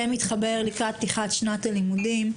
שמתחבר לדיונים לקראת פתיחת שנת הלימודים,